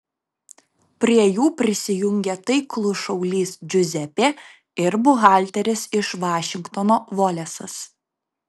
prie jų prisijungia taiklus šaulys džiuzepė ir buhalteris iš vašingtono volesas